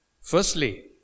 Firstly